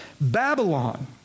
Babylon